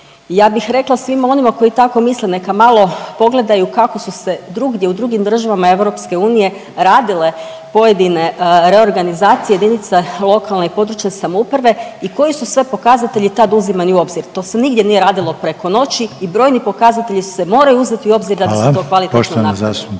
Ja bih rekla svima onima koji tako misle, neka malo pogledaju kako su se drugdje, u drugim državama EU radile pojedine reorganizacije jedinice lokalne i područne samouprave i koji su sve pokazatelji tad uzimani u obzir. To se nigdje nije radilo preko noći i brojni pokazatelji se moraju uzeti u obzir da bi se …